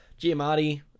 Giamatti